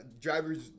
Drivers